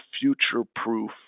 future-proof